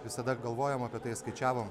visada galvojom apie tai skaičiavom